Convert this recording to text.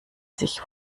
sich